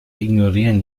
ignorieren